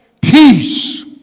Peace